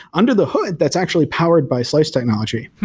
under the hood, that's actually powered by slice technology.